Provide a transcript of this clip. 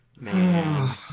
man